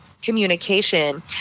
Communication